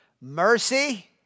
Mercy